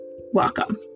welcome